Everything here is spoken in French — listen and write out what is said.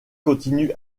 continue